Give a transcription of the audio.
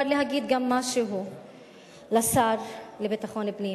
להגיד גם משהו לשר לביטחון פנים.